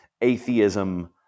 atheism